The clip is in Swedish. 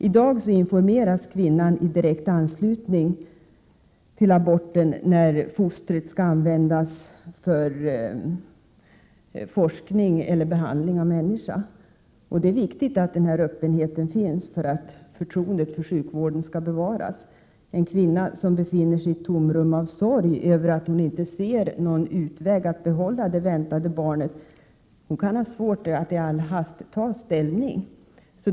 I dag informeras kvinnan i direkt anslutning till aborten, när fostret skall användas för forskning eller behandling av människa. Det är viktigt att den öppenheten finns, för att förtroendet för sjukvården skall bevaras. En kvinna som befinner sig i ett tomrum av sorg över att hon inte ser någon utväg att behålla det väntade barnet kan ha svårt att i all hast ta ställning.